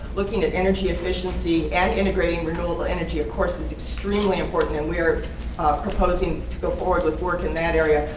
looking at energy efficiency and integrating renewable energy of course is extremely important and we're proposing to go forward with work in that area.